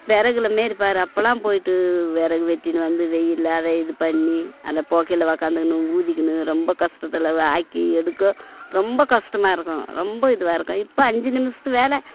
விறகுல அப்போலாம் போய்ட்டு விறகு வெட்டின்னு வந்து வெயிலில் அதை இது பண்ணி அந்த பொகையில் உக்கார்ந்துக்குன்னு ஊதிக்கின்னு ரொம்ப கஷ்டத்துல அதை ஆக்கி எடுக்க ரொம்ப கஷ்டமா இருக்கும் ரொம்ப இதுவாக இருக்கும் இப்போ அஞ்சு நிமிஷத்து வேலை